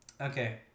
okay